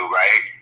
right